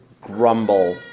grumble